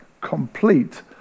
complete